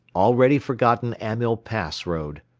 already forgotten amyl pass road.